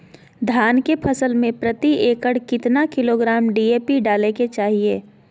धान के फसल में प्रति एकड़ कितना किलोग्राम डी.ए.पी डाले के चाहिए?